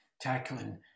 tackling